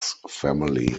family